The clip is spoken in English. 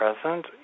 present